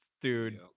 dude